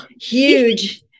huge